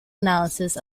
analysis